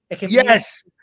Yes